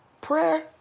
Prayer